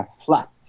flat